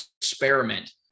experiment